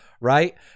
right